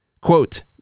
Quote